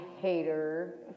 hater